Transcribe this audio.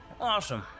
Awesome